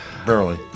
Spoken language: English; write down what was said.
Barely